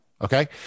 Okay